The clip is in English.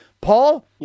paul